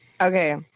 Okay